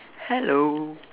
hello